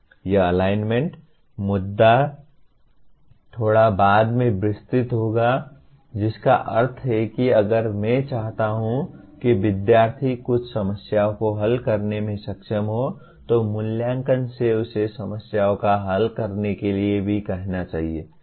यह अलाइनमेंट मुद्दा थोड़ा बाद में विस्तृत होगा जिसका अर्थ है कि अगर मैं चाहता हूं कि विध्यार्थी कुछ समस्याओं को हल करने में सक्षम हो तो मूल्यांकन से उसे समस्याओं को हल करने के लिए भी कहना चाहिए